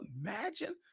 imagine